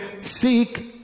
seek